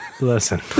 Listen